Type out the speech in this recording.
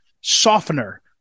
softener